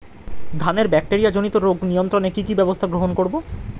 ধানের ব্যাকটেরিয়া জনিত রোগ নিয়ন্ত্রণে কি কি ব্যবস্থা গ্রহণ করব?